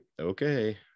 Okay